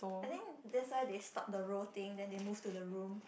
I think that's why they stopped the role thing then they moved to the room